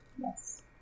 Yes